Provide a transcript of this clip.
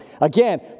Again